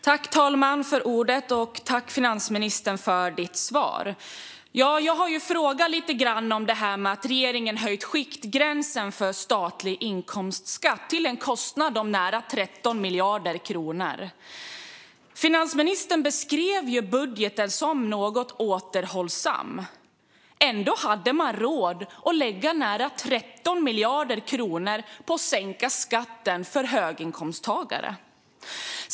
Herr talman! Tack för ditt svar, finansministern! Jag har alltså frågat lite grann om detta med att regeringen har höjt skiktgränsen för statlig inkomstskatt, till en kostnad om nära 13 miljarder kronor. Finansministern beskrev budgeten som något återhållsam, men ändå hade man råd att lägga nära 13 miljarder kronor på att sänka skatten för höginkomsttagare.